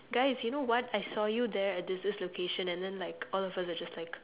guys you know what I saw you there at this this location and then like all of us are just like